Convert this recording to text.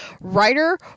writer